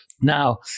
Now